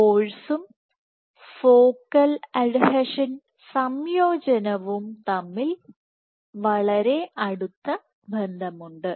ഫോഴ്സും focal adhesion സംയോജനവും തമ്മിൽ വളരെ അടുത്ത ബന്ധമുണ്ട്